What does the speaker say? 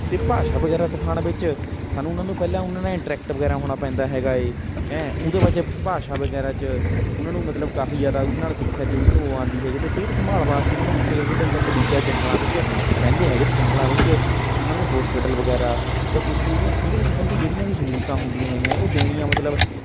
ਅਤੇ ਭਾਸ਼ਾ ਵਗੈਰਾ ਸਿਖਾਉਣ ਵਿੱਚ ਸਾਨੂੰ ਉਨ੍ਹਾਂ ਨੂੰ ਪਹਿਲਾਂ ਉਨ੍ਹਾਂ ਨਾਲ ਇੰਟ੍ਰੈਕਟ ਵਗੈਰਾ ਹੋਣਾ ਪੈਂਦਾ ਹੈਗਾ ਹੈ ਹੈਂਅ ਉਹਦੇ ਬਾਅਦ 'ਚ ਭਾਸ਼ਾ ਵਗੈਰਾ 'ਚ ਉਨ੍ਹਾਂ ਨੂੰ ਮਤਲਬ ਕਾਫੀ ਜ਼ਿਆਦਾ ਉਹਦੇ ਨਾਲ ਸਿੱਖਿਆ ਉਨ੍ਹਾਂ ਨੂੰ ਜੋ ਉਹ ਆਉਂਦੀ ਹੈਗੀ ਅਤੇ ਸਿਹਤ ਸੰਭਾਲ ਵਾਸਤੇ ਉਨ੍ਹਾਂ ਨੂੰ ਉੱਥੇ ਜਿਹੜੇ ਐਦਾਂ ਕਬੀਲੇ ਹੈ ਜੰਗਲਾਂ ਵਿੱਚ ਰਹਿੰਦੇ ਹੈਗੇ ਅਤੇ ਜੰਗਲਾਂ ਵਿੱਚ ਉਨ੍ਹਾਂ ਨੂੰ ਹੋਸਪੀਟਲ ਵਗੈਰਾ ਜਾਂ ਕੁਛ ਵੀ ਜਿਹੜੀਆਂ ਸਿਹਤ ਸੰਬੰਧੀ ਜਿਹੜੀਆਂ ਵੀ ਸਹੂਲਤਾਂ ਹੁੰਦੀਆਂ ਹੈਗੀਆਂ ਹੈ ਉਹ ਦੇਣੀਆਂ ਮਤਲਬ